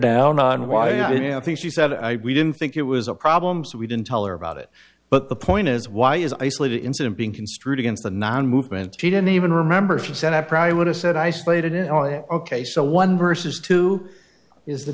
down on why you know i think she said i didn't think it was a problem so we didn't tell her about it but the point is why is isolated incident being construed against a non movement she didn't even remember she said i probably would have said i slated it all it ok so one versus two is the